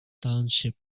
township